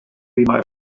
between